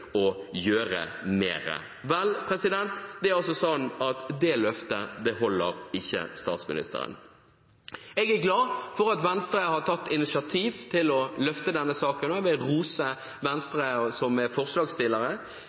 å gjøre mer. Vel, det er altså sånn at det løftet holder ikke statsministeren. Jeg er glad for at Venstre har tatt initiativ til å løfte denne saken, og jeg vil rose Venstre, som er